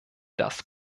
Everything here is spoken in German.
das